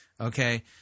okay